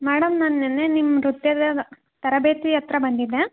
madam ನಾನು ನಿನ್ನೆ ನಿಮ್ಮ ನೃತ್ಯದ ತರಬೇತಿ ಹತ್ತಿರ ಬಂದಿದ್ದೆ